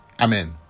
Amen